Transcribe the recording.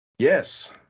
Yes